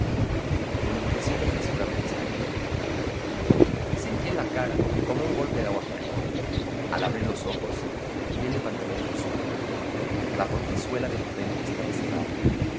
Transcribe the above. una impresión de frescura me despertó sentí en la cara como un golpe de agua fría al abrir los ojos vi el departamento solo la portezuela de enfrente estaba cerrada